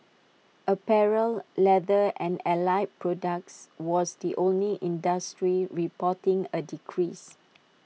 apparel leather and allied products was the only industry reporting A decrease